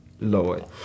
Lord